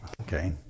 Okay